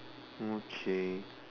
okay